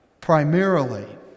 primarily